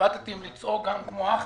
התלבטתי אם לצעוק גם כמו אחמד,